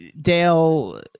Dale